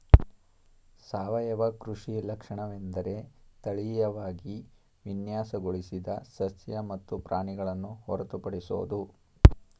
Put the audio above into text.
ಸಾವಯವ ಕೃಷಿ ಲಕ್ಷಣವೆಂದರೆ ತಳೀಯವಾಗಿ ವಿನ್ಯಾಸಗೊಳಿಸಿದ ಸಸ್ಯ ಮತ್ತು ಪ್ರಾಣಿಗಳನ್ನು ಹೊರತುಪಡಿಸೋದು